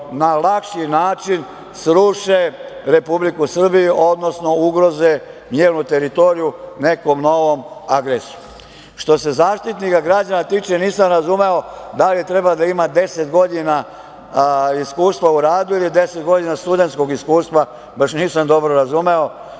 na lakši način sruše Republiku Srbiju, odnosno ugroze njenu teritoriju nekom novom agresijom. Što se Zaštitnika građana tiče, nisam razumeo da li treba da ima 10 godina iskustva u radu ili 10 godina studentskog iskustva. Baš nisam dobro razumeo